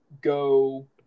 go